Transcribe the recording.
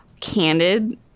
candid